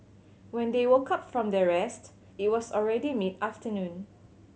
when they woke up from their rest it was already mid afternoon